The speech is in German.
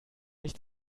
nicht